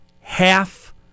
half